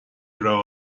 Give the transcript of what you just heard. raibh